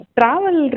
travel